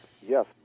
Yes